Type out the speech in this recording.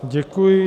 Děkuji.